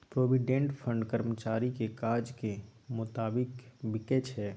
provident fund कर्मचारीक काजक मोताबिक बिकै छै